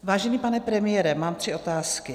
Vážený pane premiére, mám tři otázky.